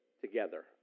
together